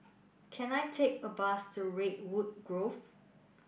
can I take a bus to Redwood Grove